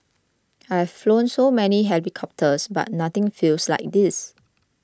I've flown so many helicopters but nothing feels like this